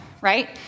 right